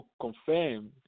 confirm